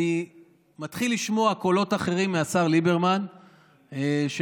אני מתחיל לשמוע מהשר ליברמן קולות אחרים,